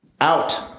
out